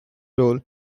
role